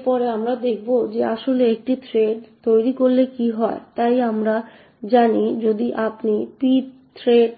এর পরে আমরা দেখব যে আসলে একটি থ্রেড তৈরি করলে কী হয় তাই আমরা জানি এবং আপনি pthread